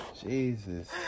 Jesus